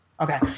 Okay